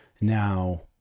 now